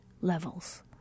levels